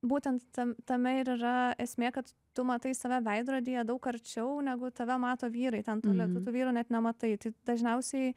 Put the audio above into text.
būtent ten tame ir yra esmė kad tu matai save veidrodyje daug arčiau negu tave mato vyrai ten toli tu tų vyrų net nematai tai dažniausiai